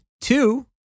two